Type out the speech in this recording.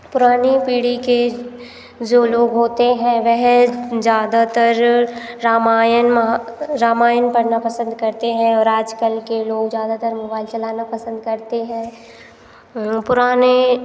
पुरानी पीढ़ी के जो लोग होते हैं वह ज़्यादातर रामायण महा रामायण पढ़ना पसंद करते हैं और आजकल के लोग ज़्यादातर मोबाइल चलाना पसंद करते हैं पुराने